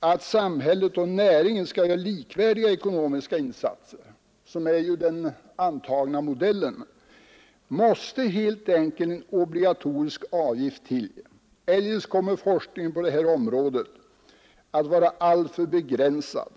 att samhället och näringen skall göra likvärdiga ekonomiska insatser, som ju är den antagna modellen, måste helt enkelt en obligatorisk avgift till. Eljest kommer forskningen på detta område att vara alltför begränsad.